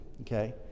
okay